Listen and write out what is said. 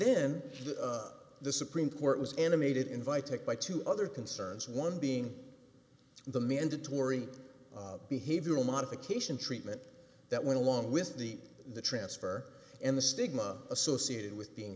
then the supreme court was animated invited by two other concerns one being the mandatory behavioral modification treatment that went along with the the transfer and the stigma associated with being